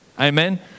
amen